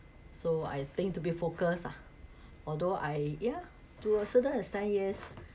have diligence lah so I think to be focused ah although I yeah to a certain extent yes